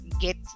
get